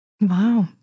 Wow